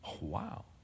wow